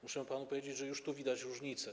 Muszę panu powiedzieć, że już tu widać różnicę.